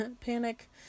Panic